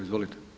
Izvolite.